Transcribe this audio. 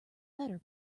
better